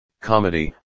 comedy